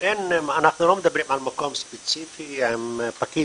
אנחנו לא מדברים על מקום ספציפי עם פקיד